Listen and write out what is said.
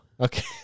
Okay